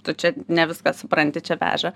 tu čia ne viską supranti čia veža